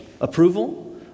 approval